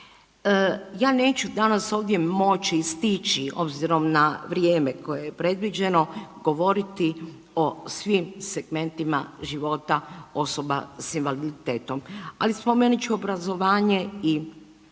Ja neću danas ovdje moći i stići obzirom na vrijeme koje je predviđeno govoriti o svim segmentima života osoba s invaliditetom, ali spomenut ću obrazovanje i